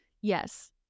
Yes